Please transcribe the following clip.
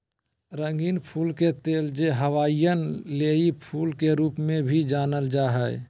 रंगीन फूल के तेल, जे हवाईयन लेई फूल के रूप में भी जानल जा हइ